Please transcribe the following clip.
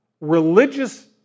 religious